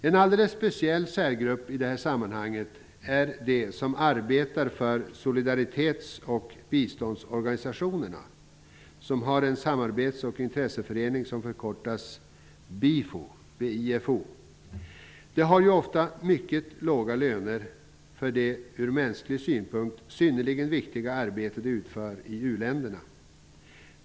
En alldeles speciell särgrupp i det här sammanhanget är de som arbetar för solidaritetsoch biståndsorganisationerna. Dessa har en samarbets och intresseförening som förkortas BIFO. Dessa människor har ofta mycket låga löner för det, ur mänsklig synpunkt, synnerligen viktiga arbete de utför i u-länderna.